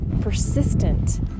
persistent